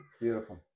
Beautiful